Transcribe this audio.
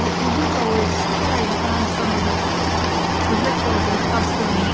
but the widow is carrying on some of the the rituals and customs